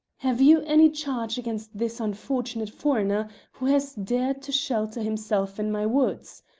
have you any charge against this unfortunate foreigner who has dared to shelter himself in my woods?